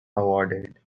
awarded